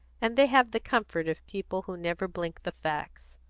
and they have the comfort of people who never blink the facts.